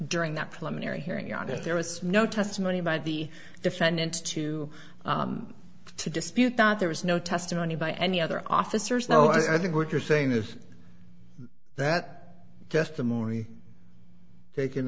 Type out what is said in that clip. hearing on it there was no testimony by the defendant to to dispute that there was no testimony by any other officers no i think what you're saying is that just the morri taken